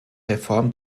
reform